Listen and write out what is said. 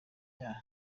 byaha